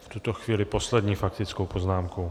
V tuto chvíli s poslední faktickou poznámkou.